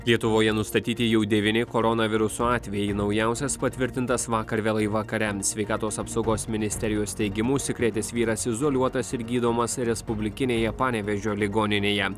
lietuvoje nustatyti jau devyni koronaviruso atvejai naujausias patvirtintas vakar vėlai vakare sveikatos apsaugos ministerijos teigimu užsikrėtęs vyras izoliuotas ir gydomas respublikinėje panevėžio ligoninėje